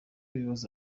ibibazo